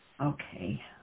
Okay